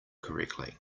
correctly